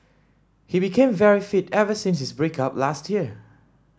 he became very fit ever since his break up last year